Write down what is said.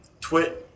twit